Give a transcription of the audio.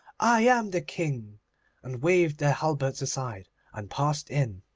i am the king and waved their halberts aside and passed in.